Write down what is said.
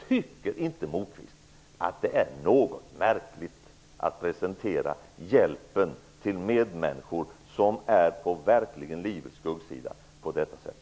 Tycker inte Lars Moquist att det är något märkligt att presentera hjälpen till de medmänniskor som verkligen befinner sig på livets skuggsida på detta sätt?